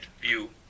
view